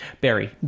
Barry